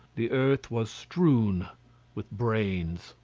the earth was strewed with brains,